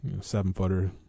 seven-footer